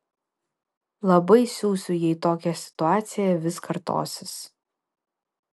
labai siusiu jei tokia situacija vis kartosis